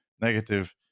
negative